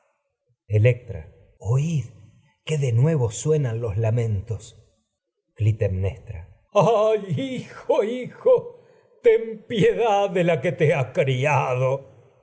electra oíd que de nuevo suenan los lamentos clitemnestra ah hijo hijo teir piedad de la que te ha criadó